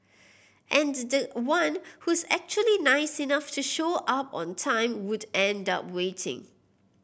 and the one who's actually nice enough to show up on time would end up waiting